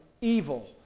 evil